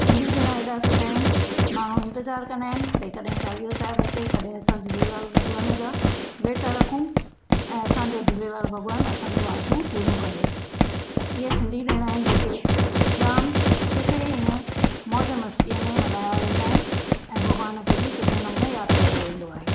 सिंधी ॾिण हेॾा सुठा आहिनि माण्हू इंतज़ार कंदा आहिनि ॿई कॾहें चालीहो साहिब अचे कॾहें असां झूलेलाल भॻवान जा व्रत रखूं ऐं असांजो झूलेलाल भॻवान असांजो आश पूरियूं करे त इअं सिंधी ॾिण आहिनि जेके जाम सुठे इहे मौज मस्तीअ में मल्हाया वेंदा आहिनि ऐं भॻवान खे बि सुठे नमूने यादि करे वेंदो आहे